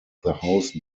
house